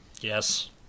Yes